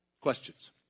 Questions